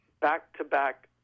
back-to-back